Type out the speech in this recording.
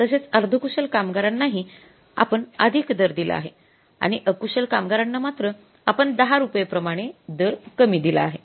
तसेच अर्धकुशल कामगारांनाही आपण अधिक दर दिला आहे आणि अकुशल कामगारांना मात्र आपण १० रुपये प्रमाणे दर कमी दिला आहे